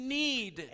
need